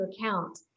account